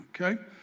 Okay